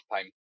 time